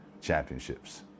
championships